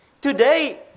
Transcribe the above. Today